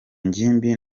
ngimbi